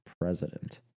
president